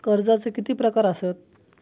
कर्जाचे किती प्रकार असात?